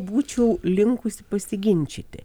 būčiau linkusi pasiginčyti